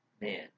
Man